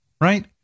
Right